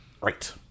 right